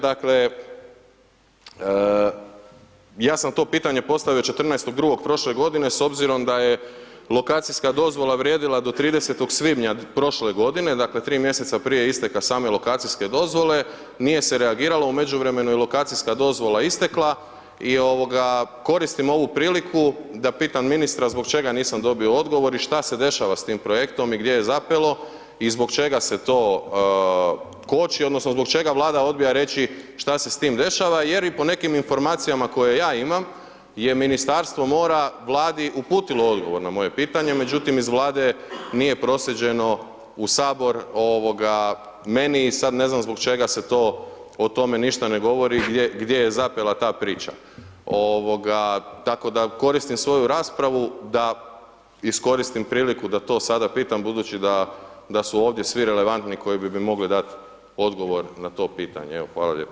Dakle, ja sam to pitanje postavio 14.2. prošle godine s obzirom da je lokacijska dozvola vrijedila do 30. svibnja prošle godine, dakle, 3 mjeseca prije isteka same lokacijske dozvole, nije se reagiralo, u međuvremenu je lokacijska dozvola istekla i koristim ovu priliku da pitam ministra zbog čega nisam dobio odgovor i šta se dešava s tim projektom i gdje je zapelo i zbog čega se to koči odnosno zbog čega Vlada odbija reći šta se s tim dešava jer i po nekim informacijama koje ja imam je Ministarstvo mora Vladi uputilo odgovor na moje pitanje, međutim, iz Vlade nije proslijeđeno u Sabor meni i sad ne znam zbog čega se to, o tome ništa ne govori, gdje je zapela ta priča, tako da koristim svoju raspravu da iskoristim priliku da to sada pitam budući da su ovdje svi relevantni koji bi mi mogli dati odgovor na to pitanje, evo, hvala lijepo.